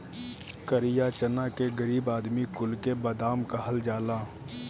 करिया चना के गरीब आदमी कुल के बादाम कहल जाला